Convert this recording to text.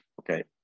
okay